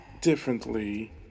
differently